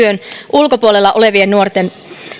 ulkopuolella olevien nuorten